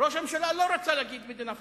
ראש הממשלה לא רצה להגיד "מדינה פלסטינית",